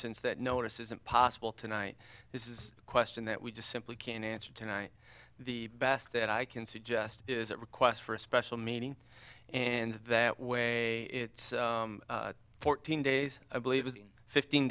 since that notice isn't possible tonight this is a question that we just simply can't answer tonight the best that i can suggest is that request for a special meeting and that way it's fourteen days i believe is in fifteen